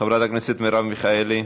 חברת הכנסת מרב מיכאלי.